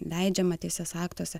leidžiama teisės aktuose